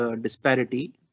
disparity